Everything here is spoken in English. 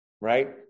right